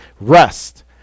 rest